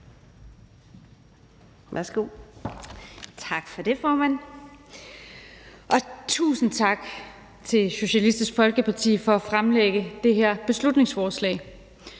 (LA): Tak for det, formand. Og tusind tak til Socialistisk Folkeparti for at fremsætte det her beslutningsforslag.